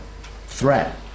threat